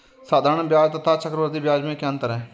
साधारण ब्याज तथा चक्रवर्धी ब्याज में क्या अंतर है?